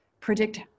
predict